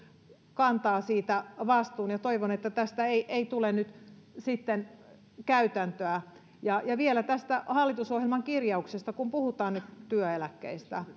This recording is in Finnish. kantaa siitä vastuun ja toivon että tästä ei ei tule nyt sitten käytäntöä vielä tästä hallitusohjelman kirjauksesta kun puhutaan nyt työeläkkeistä